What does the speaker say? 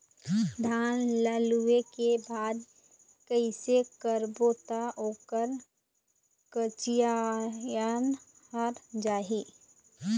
धान ला लुए के बाद कइसे करबो त ओकर कंचीयायिन हर जाही?